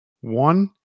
One